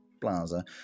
Plaza